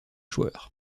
joueurs